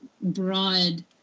broad